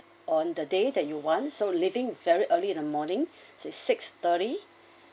on the day that you want so leaving very early in the morning is six thirty